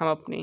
हम अपनी